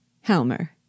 Helmer